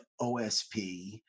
OSP